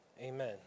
Amen